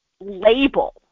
label